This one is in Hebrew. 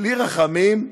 בלי רחמים,